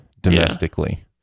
domestically